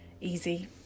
easy